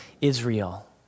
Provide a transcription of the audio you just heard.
Israel